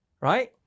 right